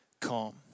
calm